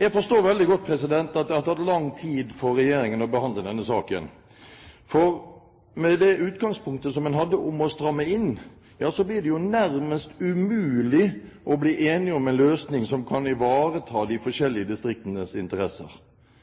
Jeg forstår veldig godt at det har tatt lang tid for regjeringen å behandle denne saken, for med det utgangspunktet som en hadde, om å stramme inn, blir det nærmest umulig å bli enig om en løsning som kan ivareta de forskjelllige distriktenes interesser.